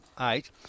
eight